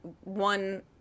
one